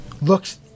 looks